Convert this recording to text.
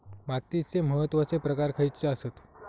मातीचे महत्वाचे प्रकार खयचे आसत?